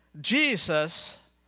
Jesus